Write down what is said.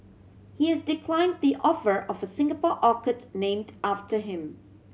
he has decline the offer of a Singapore orchid named after him